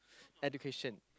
education